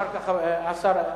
ישיב אחר כך השר אטיאס.